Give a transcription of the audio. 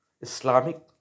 Islamic